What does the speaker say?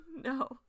no